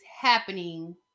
happening